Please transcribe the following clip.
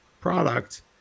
product